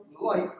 light